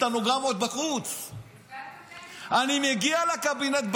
סטנוגרמות בחוץ ------ אני מגיע לקבינט,